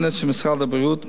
בנוהל משרד הבריאות,